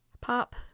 Pop